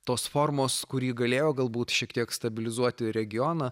tos formos kuri galėjo galbūt šiek tiek stabilizuoti regioną